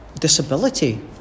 disability